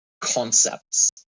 concepts